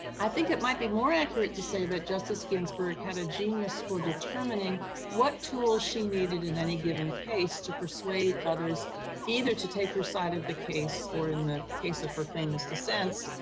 i think it might be more accurate to say that justice ginsburg had a genius for determining what tools she needed in any given case to persuade others either to take her side of the case, or, in the case of her famous dissents,